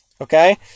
Okay